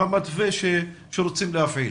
ובמתווה שרוצים להפעיל.